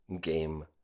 game